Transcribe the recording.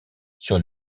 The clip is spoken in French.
sur